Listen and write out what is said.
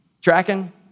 Tracking